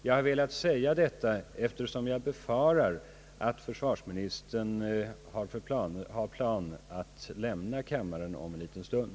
Jag har velat säga detta, eftersom jag befarar att försvarsministern har för avsikt att lämna kammaren om en liten stund.